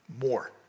more